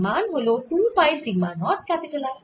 এর মান হল 2 পাই সিগমা নট R